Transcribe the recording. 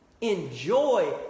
Enjoy